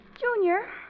Junior